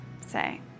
say